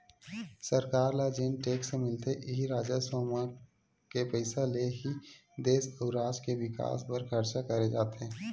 सरकार ल जेन टेक्स मिलथे इही राजस्व म के पइसा ले ही देस अउ राज के बिकास बर खरचा करे जाथे